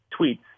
tweets